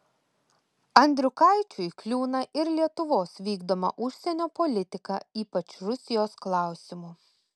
andriukaičiui kliūna ir lietuvos vykdoma užsienio politika ypač rusijos klausimu